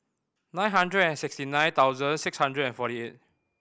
nine hundred and sixty nine thousand six hundred and forty eight